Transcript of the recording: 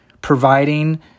providing